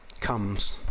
comes